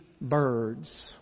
birds